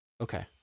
Okay